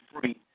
free